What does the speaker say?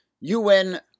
UN